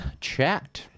chat